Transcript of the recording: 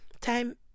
Time